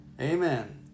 Amen